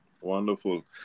Wonderful